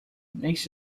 makes